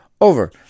over